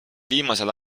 viimasel